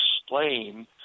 explain